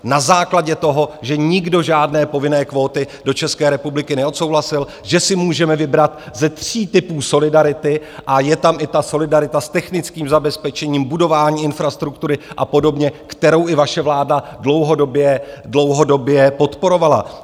Na základě toho, že nikdo žádné povinné kvóty do České republiky neodsouhlasil, že si můžeme vybrat ze tří typů solidarity, a je tam i ta solidarita s technickým zabezpečením, budování infrastruktury a podobně, kterou i vaše vláda dlouhodobě podporovala.